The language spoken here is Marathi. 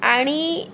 आणि